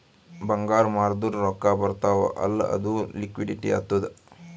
ಬಂಗಾರ್ ಮಾರ್ದುರ್ ರೊಕ್ಕಾ ಬರ್ತಾವ್ ಅಲ್ಲ ಅದು ಲಿಕ್ವಿಡಿಟಿ ಆತ್ತುದ್